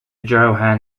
johan